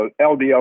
LDL